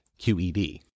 QED